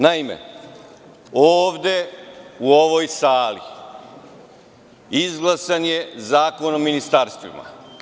Naime, ovde u ovoj sali izglasan je Zakon o ministarstvima.